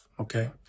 okay